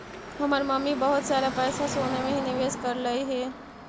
हमर मम्मी बहुत सारा पैसा सोने में ही निवेश करलई हे